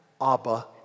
Abba